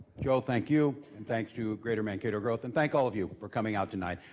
joe thank you, and thank you greater mankato growth, and thank all of you for coming out tonight.